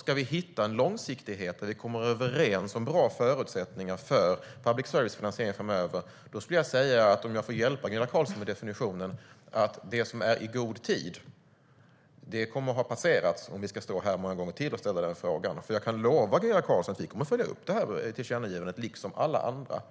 Ska vi hitta en långsiktighet där vi kommer överens om bra förutsättningar för public services finansiering framöver skulle jag vilja säga, om jag får hjälpa Gunilla Carlsson med definitionen, att det som är i god tid kommer att ha passerats om vi ska stå här många gånger till och ställa denna fråga. Jag kan lova Gunilla Carlsson att vi kommer att följa upp detta tillkännagivande liksom alla andra.